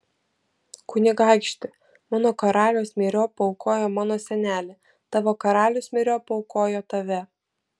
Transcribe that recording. kunigaikšti mano karalius myriop paaukojo mano senelį tavo karalius myriop paaukojo tave